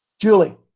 Julie